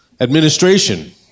Administration